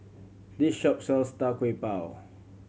this shop sells Tau Kwa Pau